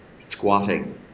squatting